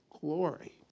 glory